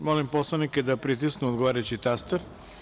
Molim poslanike da pritisnu odgovarajući taster.